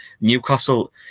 Newcastle